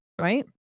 right